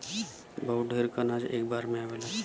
बहुत ढेर क अनाज एक बार में आवेला